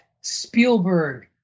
Spielberg